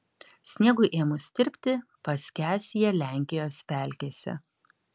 sniegui ėmus tirpti paskęs jie lenkijos pelkėse